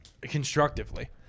constructively